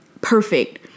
perfect